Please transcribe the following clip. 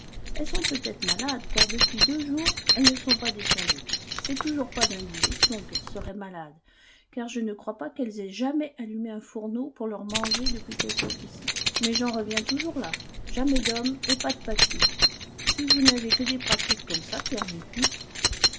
elles sont peut-être malades car depuis deux jours elles ne sont pas descendues c'est toujours pas d'indigestion qu'elles seraient malades car je ne crois pas qu'elles aient jamais allumé un fourneau pour leur manger depuis qu'elles sont ici mais j'en reviens toujours là jamais d'hommes et pas de papiers si vous n'avez que des pratiques comme ça